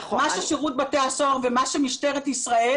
מה ששירות בתי הסוהר ומה שמשטרת ישראל